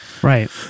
Right